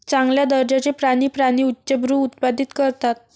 चांगल्या दर्जाचे प्राणी प्राणी उच्चभ्रू उत्पादित करतात